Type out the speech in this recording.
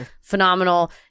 Phenomenal